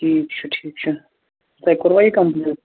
ٹھیٖک چھُ ٹھیٖک چھُ تُہۍ کوٚروا یہِ کَمپٕلیٖٹ